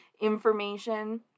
information